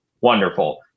wonderful